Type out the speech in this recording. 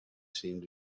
seemed